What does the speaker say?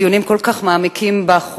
דיונים כל כך מעמיקים בחוק,